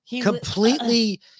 completely